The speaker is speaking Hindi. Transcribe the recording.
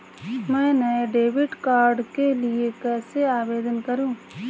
मैं नए डेबिट कार्ड के लिए कैसे आवेदन करूं?